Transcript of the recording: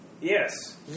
Yes